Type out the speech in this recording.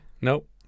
Nope